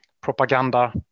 propaganda